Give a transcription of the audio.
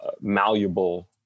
malleable